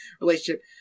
relationship